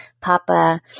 papa